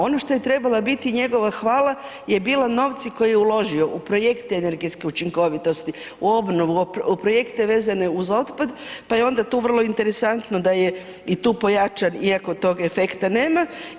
Ono što je trebala biti njegova hvala je bilo novci koje je uložio u projekte energetske učinkovitosti, u obnovu, u projekte vezane uz otpad pa je onda tu vrlo interesantno da je i tu pojačan iako tog efekta nema.